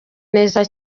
neza